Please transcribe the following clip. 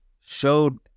showed